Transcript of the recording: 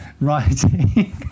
writing